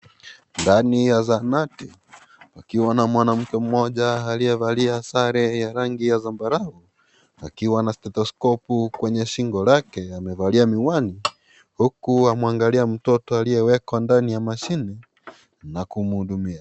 Ndani ya zahanati, pakiwa na mwanamke mmoja aliyevalia sare ya rangi ya zambarau, akiwa na stetoskopu kwenye shingo lake amevalia miwani, huku amwangalia mtoto aliyewekwa ndani ya mashine na kumhudumia.